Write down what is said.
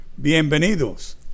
Bienvenidos